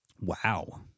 Wow